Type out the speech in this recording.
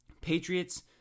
Patriots